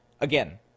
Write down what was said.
again